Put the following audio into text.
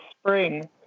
spring